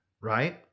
right